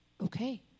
Okay